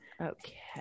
okay